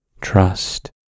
trust